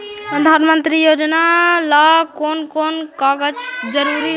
प्रधानमंत्री योजना ला कोन कोन कागजात जरूरी है?